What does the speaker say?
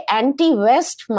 anti-west